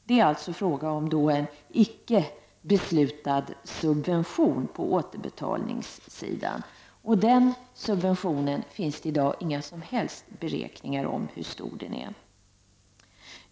Det är då fråga om en icke beslutad subvention på återbetalningssidan, och hur stor den är finns det i dag inga beräkningar om.